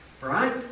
Right